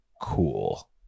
cool